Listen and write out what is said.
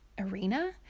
arena